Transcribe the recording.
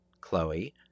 Chloe